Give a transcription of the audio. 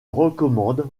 recommande